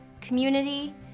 community